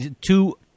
Two